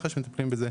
מח"ש מטפלים בזה.